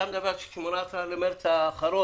אתה מדבר על 18 במרס האחרון.